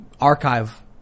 Archive